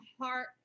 Heart